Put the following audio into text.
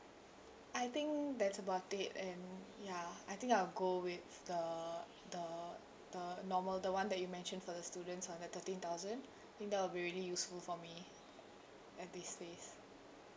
I think that's about it and ya I think I'll go with the the the normal the one that you mentioned for the students one the thirteen thousand I think that will be really useful for me at this phase